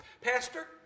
Pastor